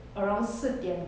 around 四点